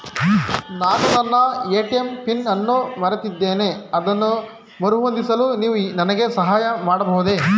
ನಾನು ನನ್ನ ATM pin ಅನ್ನು ಮರೆತಿದ್ದೇನೆ ಅದನ್ನು ಮರುಹೊಂದಿಸಲು ನೀವು ನನಗೆ ಸಹಾಯ ಮಾಡಬಹುದೇ?